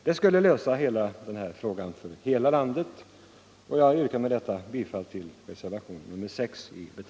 Det skulle lösa denna fråga för hela landet.